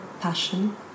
Passion